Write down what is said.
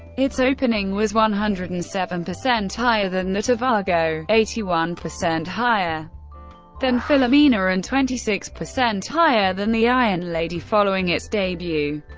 its opening was one hundred and seven percent higher than that of argo, eighty one percent higher than philomena and twenty six percent higher than the iron lady following its debut.